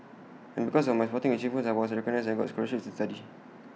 and because of my sporting achievements I was recognised and I got scholarships to study